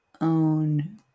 own